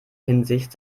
hinsicht